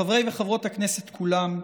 חבריי וחברות הכנסת כולם,